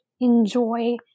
Enjoy